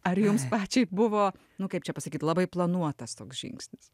ar jums pačiai buvo nu kaip čia pasakyt labai planuotas toks žingsnis